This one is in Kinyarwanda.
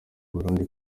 abarundi